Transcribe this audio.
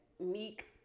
Meek